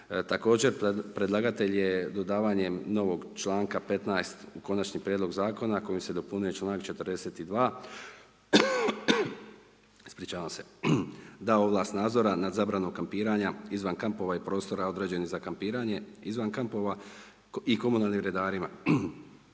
Također, predlagatelj je dodavanjem novog članka 15., u konačni prijedlog Zakona kojim se dopunjuje članak 42., dao ovlast nadzora nad zabranom kampiranja izvan kampova i prostora određeni za kampiranje izvan kampova i komunalnim redarima,